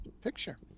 picture